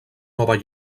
nova